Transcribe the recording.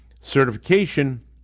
certification